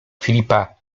filipa